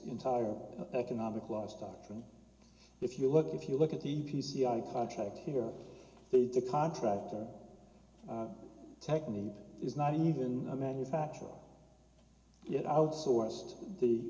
entire economic loss doctrine if you look if you look at the p c i contract here they did contractor technique is not even a manufacturer yet outsourced the